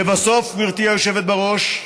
לבסוף, גברתי היושבת-ראש,